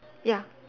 ya